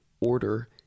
order